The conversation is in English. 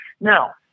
Now